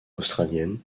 australienne